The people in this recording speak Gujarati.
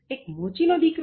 એક મોચી નો દિકરો